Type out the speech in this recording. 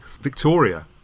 Victoria